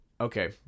Okay